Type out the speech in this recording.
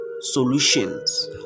solutions